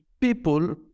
people